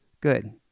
good